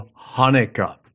Hanukkah